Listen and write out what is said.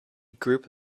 group